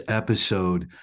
episode